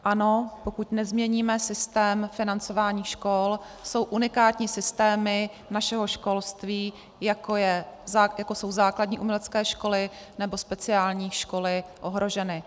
Ano, pokud nezměníme systém financování škol, jsou unikátní systémy našeho školství, jako jsou základní umělecké školy nebo speciální školy, ohroženy.